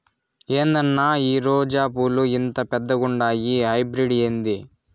ఏందన్నా ఈ రోజా పూలు ఇంత పెద్దగుండాయి హైబ్రిడ్ ఏంది